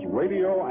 radio